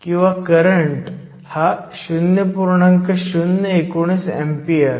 Jso तुमचा reverse saturation current आहे आणि हे ni2eDhLhNDDeLeNAने दिले जाते